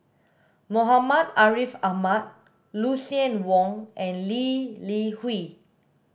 Muhammad Ariff Ahmad Lucien Wang and Lee Li Hui